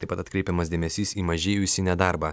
taip pat atkreipiamas dėmesys į mažėjusį nedarbą